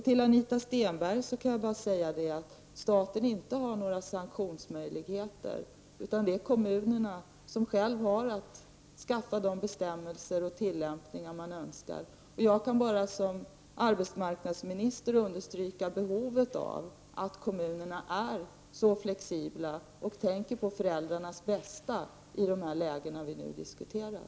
Till Anita Stenberg kan jag bara säga att staten inte har några sanktionsmöjligheter. Det är kommunerna som själva har att utforma de bestämmelser och tillämpningar man önskar. Jag kan bara som arbetsmarknadsminister understryka behovet av att kommunerna är flexibla och tänker på föräldrarnas bästa i dessa lägen som vi nu diskuterar.